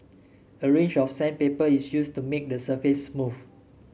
a range of sandpaper is used to make the surface smooth